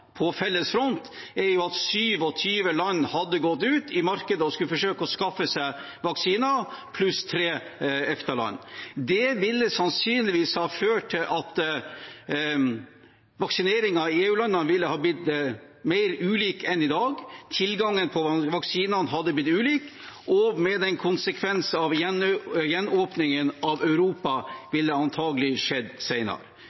felles front er at 27 land – pluss 3 EFTA-land – skulle gått ut i markedet og forsøkt å skaffe seg vaksiner. Det ville sannsynligvis ha ført til at vaksineringen i EU-landene ville ha blitt mer ulik enn i dag, at tilgangen på vaksinene hadde blitt ulik, og med den konsekvens at gjenåpningen av Europa